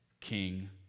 king